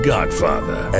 Godfather